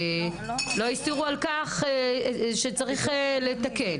ולא הסתירו על כך שצריך לתקן.